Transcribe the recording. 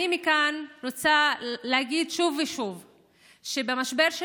אני רוצה מכאן להגיד שוב ושוב שבמשבר של